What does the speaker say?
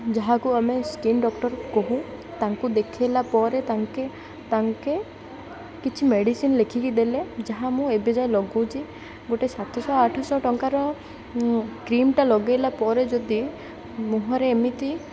ଯାହାକୁ ଆମେ skin doctor କହୁ ତାଙ୍କୁ ଦେଖେଇଲା ପରେ ତାଙ୍କେ ତାଙ୍କେ କିଛି ମେଡ଼ିସିନ୍ ଲେଖିକି ଦେଲେ ଯାହା ମୁଁ ଏବେ ଯାଏ ଲଗଉଛି ଗୋଟେ ସାତଶହ ଆଠଶହ ଟଙ୍କାର କ୍ରିମ୍ଟା ଲଗେଇଲା ପରେ ଯଦି ମୁହଁରେ ଏମିତି